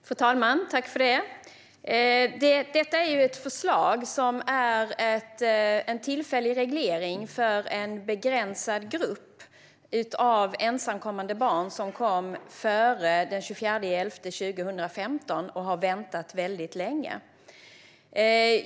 Fru talman! Detta är ett förslag som är en tillfällig reglering för en begränsad grupp, ensamkommande barn som kom före den 24 november 2015, som har väntat väldigt länge.